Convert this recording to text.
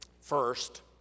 First